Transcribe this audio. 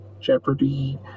Jeopardy